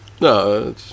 No